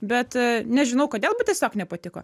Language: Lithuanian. bet nežinau kodėl bet tiesiog nepatiko